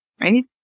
Right